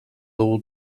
dugu